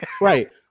right